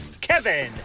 Kevin